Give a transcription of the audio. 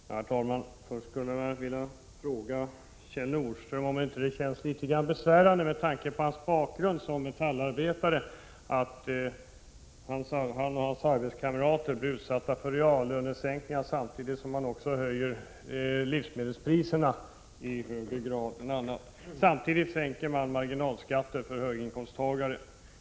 Prot. 1986/87:99 Herr talman! Först skulle jag vilja fråga Kjell Nordström om det inte känns 1 april 1987 litet grand besvärande med tanke på hans bakgrund som metallarbetare att han och hans arbetskamrater blir utsatta för reallönesänkningar samtidigt Mervärdeskatt på bassom livsmedelspriserna höjs mer än andra priser och marginalskatterna sänks livsmedel; m.m. för höginkomsttagare.